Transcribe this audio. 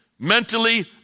Mentally